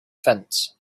fence